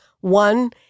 one